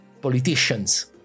politicians